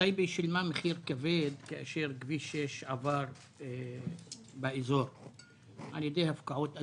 טייבה שילמה מחיר כבד כשכביש 6 עבר באזור על-ידי הפקעות אדמות.